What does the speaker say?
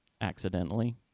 accidentally